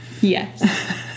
Yes